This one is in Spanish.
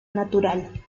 natural